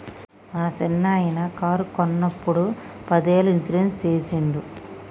మా సిన్ననాయిన కారు కొన్నప్పుడు పదేళ్ళ ఇన్సూరెన్స్ సేసిండు